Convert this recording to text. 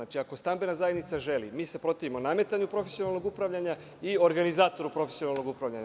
Ako stambena zajednica želi, mi se protivimo nametanju profesionalnog upravljanja i organizatoru profesionalnog upravljanja.